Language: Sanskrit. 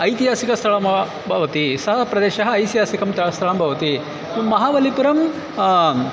ऐतिहासिकस्थलं भवति सः प्रदेशः ऐतिहासिकं स्थलं भवति महाबलिपुरं